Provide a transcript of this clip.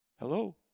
Hello